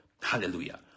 Hallelujah